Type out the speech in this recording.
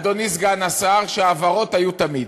אדוני סגן השר, שהעברות היו תמיד,